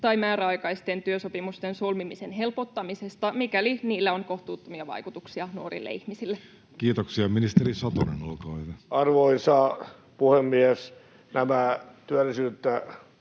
tai määräaikaisten työsopimusten solmimisen helpottamisesta, mikäli niillä on kohtuuttomia vaikutuksia nuorille ihmisille? Kiitoksia. — Ministeri Satonen, olkaa hyvä. Arvoisa puhemies! Nämä työllisyysreformit